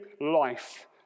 life